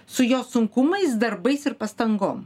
su jo sunkumais darbais ir pastangom